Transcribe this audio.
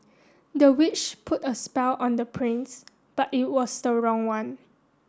the witch put a spell on the prince but it was the wrong one